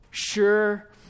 Sure